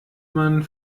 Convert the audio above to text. man